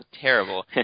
terrible